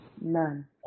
None